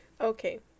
okay